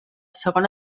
segon